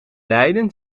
lijden